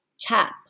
tap